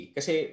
Kasi